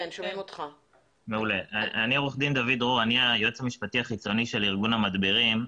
אני עו"ד דוד דרור ואני היועץ המשפטי החיצוני של ארגון המדבירים.